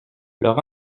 leur